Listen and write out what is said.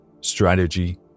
strategy